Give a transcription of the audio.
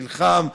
נלחם,